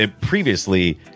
previously